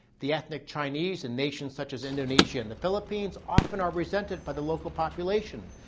the ethnic chinese, in nations such as indonesia in the philippines, often are resented by the local population.